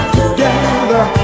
together